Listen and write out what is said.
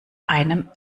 einem